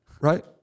Right